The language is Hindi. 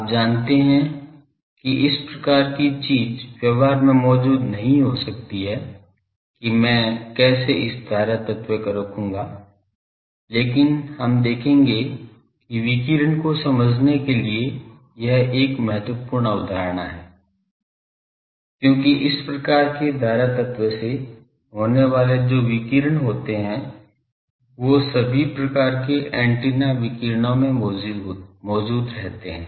आप जानते हैं कि इस प्रकार की चीज व्यवहार में मौजूद नहीं हो सकती है कि मैं कैसे इस धारा तत्व को रखूंगा लेकिन हम देखेंगे कि विकिरण को समझने के लिए यह एक महत्वपूर्ण अवधारणा है क्योंकि इस प्रकार के धारा तत्व से होने वाले जो विकिरण होते है वो सभी प्रकार के एंटीना विकिरणों में मौजूद रहते है